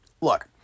look